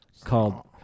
called